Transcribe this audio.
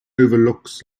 overlooks